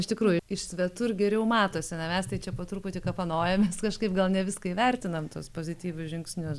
iš tikrųjų iš svetur geriau matosi ane mes tai čia po truputį kapanojamės kažkaip gal ne viską įvertinam tuos pozityvius žingsnius